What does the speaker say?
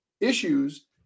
issues